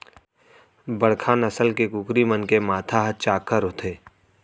बड़का नसल के कुकरी मन के माथा ह चाक्कर होथे